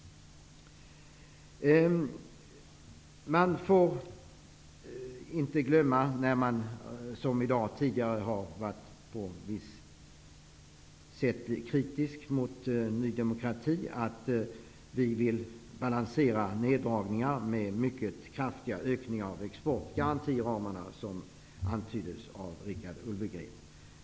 Tidigare i dag har man på sätt och vis varit kritisk mot Ny demokrati. Men man får inte glömma att vi vill balansera neddragningar med kraftiga ökningar av exportgarantiramarna, som antyddes av Richard Ulfvengren.